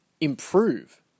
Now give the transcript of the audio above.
improve